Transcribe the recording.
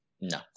No